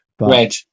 Red